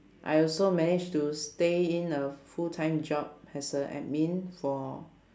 I also managed to stay in a full time job as a admin for